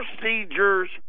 procedures